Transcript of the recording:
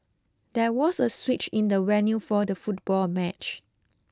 there was a switch in the venue for the football match